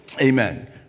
Amen